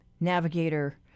navigator